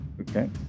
okay